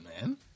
man